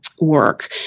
Work